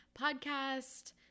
podcast